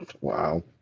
Wow